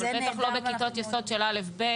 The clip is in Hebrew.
אבל בטח לא בכיתות יסוד של א'-ב'